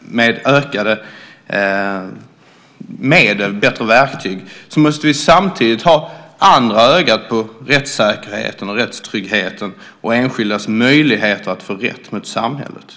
med ökade medel, bättre verktyg, måste vi ha andra ögat på rättssäkerheten och rättstryggheten och enskildas möjligheter att få rätt mot samhället.